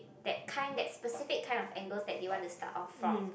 that kind that specific kind of angle that they want to start off from